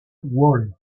wall